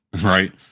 Right